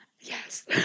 Yes